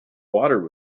water